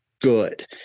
good